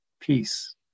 peace